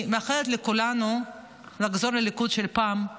אני מאחלת לכולנו לחזור לליכוד של פעם,